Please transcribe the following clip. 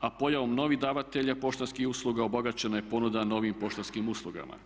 a pojavom novih davatelja poštanskih usluga obogaćena je ponuda novim poštanskim uslugama.